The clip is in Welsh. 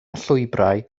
llwybrau